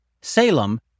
Salem